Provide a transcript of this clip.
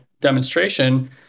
demonstration